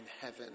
heaven